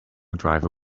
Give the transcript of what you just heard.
driver